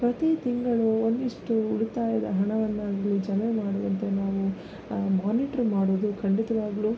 ಪ್ರತಿ ತಿಂಗಳು ಒಂದಿಷ್ಟು ಉಳಿತಾಯದ ಹಣವನ್ನಾಗಲಿ ಜಮೆ ಮಾಡುವಂತೆ ನಾವು ಮಾನಿಟ್ರ್ ಮಾಡೋದು ಖಂಡಿತವಾಗಲೂ